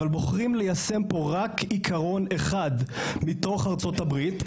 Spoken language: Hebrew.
אבל בוחרים ליישם פה רק עיקרון אחד מתוך ארצות הברית,